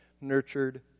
nurtured